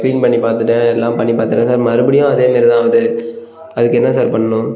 clean பண்ணிப் பார்த்துட்டேன் எல்லாம் பண்ணிப் பார்த்துட்டேன் சார் மறுபடியும் அதே மாரி தான் ஆகுது அதுக்கு என்ன சார் பண்ணணும்